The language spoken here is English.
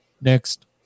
Next